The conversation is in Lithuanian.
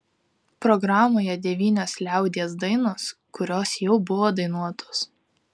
programoje devynios liaudies dainos kurios jau buvo dainuotos